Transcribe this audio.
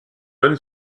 bonne